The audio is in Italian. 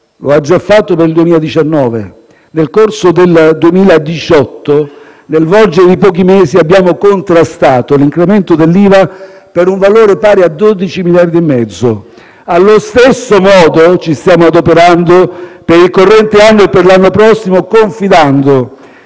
lo ha già fatto per il 2019: nel corso del 2018, nel volgere di pochi mesi, abbiamo contrastato l'incremento dell'IVA per un valore pari a 12 miliardi e mezzo. Allo stesso modo ci stiamo adoperando per il corrente anno e per l'anno prossimo, confidando